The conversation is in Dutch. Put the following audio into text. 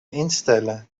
instellen